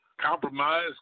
Compromise